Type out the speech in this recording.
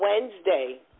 Wednesday